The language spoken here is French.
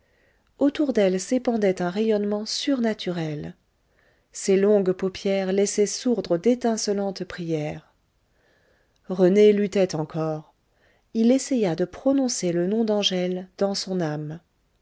autour d'elle s'épandait un rayonnement surnaturel ses longues paupières laissaient sourdre d'étincelantes prières rené luttait encore il essaya de prononcer le nom d'angèle dans son âme